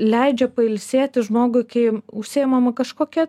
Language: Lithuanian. leidžia pailsėti žmogui kai užsiimama kažkokia